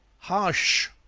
hush!